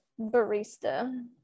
barista